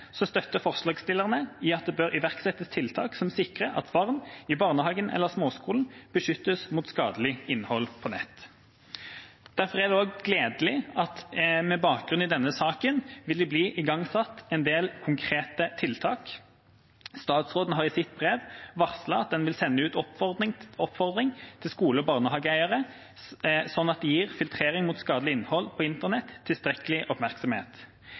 som støtter forslagsstillerne i at det bør iverksettes tiltak som sikrer at barn i barnehagen eller småskolen beskyttes mot skadelig innhold på nett. Derfor er det også gledelig at det med bakgrunn i denne saken vil bli igangsatt en del konkrete tiltak. Statsråden har i sitt brev varslet at man vil sende ut oppfordring til skole- og barnehageeiere slik at de gir filtrering mot skadelig innhold på internett tilstrekkelig oppmerksomhet.